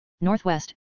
northwest